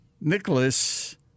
Nicholas